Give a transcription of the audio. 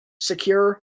secure